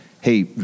hey